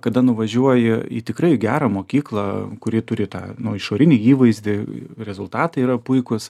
kada nuvažiuoji į tikrai gerą mokyklą kuri turi tą išorinį įvaizdį rezultatai yra puikūs